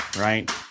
right